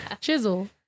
chisel